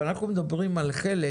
אבל אנחנו מדברים על חלק